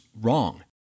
wrong